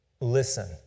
Listen